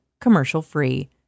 commercial-free